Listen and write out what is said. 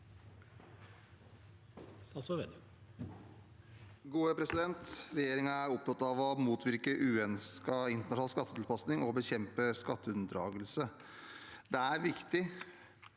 Re- gjeringen er opptatt av å motvirke uønsket internasjonal skattetilpasning og å bekjempe skatteunndragelse. Det er viktig